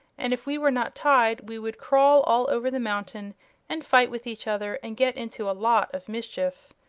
and if we were not tied we would crawl all over the mountain and fight with each other and get into a lot of mischief.